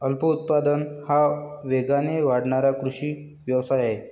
फलोत्पादन हा वेगाने वाढणारा कृषी व्यवसाय आहे